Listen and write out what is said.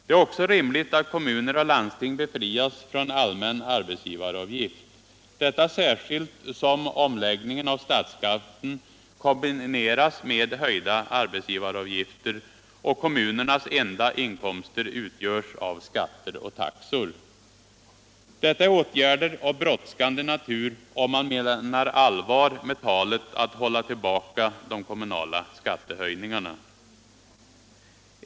Det är också rimligt att kommuner och landsting befrias från allmän arbetsgivaravgift, detta särskilt som omläggningen av statsskatten kombineras med höjda arbetsgivaravgifter och kommunernas enda inkomster utgörs av skatter och taxor. Detta är åtgärder av brådskande natur om man menar allvar med talet att hålla tillbaka de kommunala skattehöjningarna.